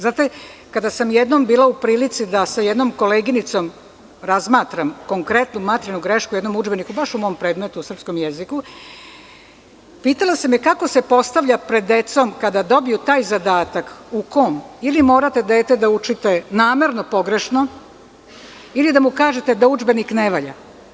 Znate, kada sam jednom bila u prilici da sa jednom koleginicom razmatram konkretnu materijalnu grešku u jednom udžbeniku, baš u mom predmetu, srpskom jeziku, pitala sam je kako se postavlja pred decom kada dobije taj zadatak u kom ili morate da dete učite namerno pogrešno ili da mu kažete da udžbenik ne valja?